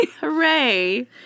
Hooray